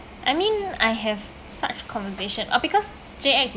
I mean I have such conversation oh because J_X